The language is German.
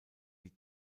die